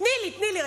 תני לי רגע,